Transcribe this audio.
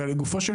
ראשית,